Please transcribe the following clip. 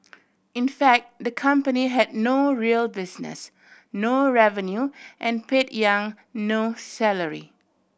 in fact the company had no real business no revenue and paid Yang no salary